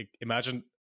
imagine